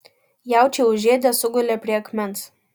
jaučiai užėdę sugulė prie akmens